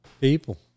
people